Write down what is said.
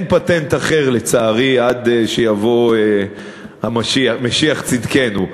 אין פטנט אחר, לצערי, עד שיבוא המשיח, משיח צדקנו.